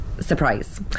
surprise